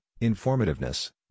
informativeness